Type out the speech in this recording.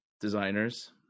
designers